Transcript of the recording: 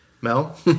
Mel